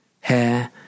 hair